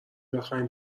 بخواین